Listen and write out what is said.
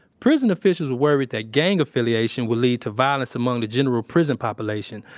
prison officials were worried that gang affiliation would lead to violence among the general prison population.